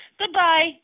Goodbye